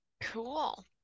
Cool